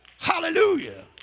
Hallelujah